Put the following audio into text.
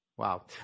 Wow